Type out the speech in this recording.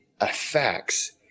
affects